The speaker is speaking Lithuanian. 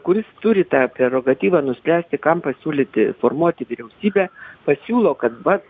kuris turi tą prerogatyva nuspręsti kam pasiūlyti formuoti vyriausybę pasiūlo kad va